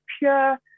pure